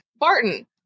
Barton